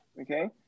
Okay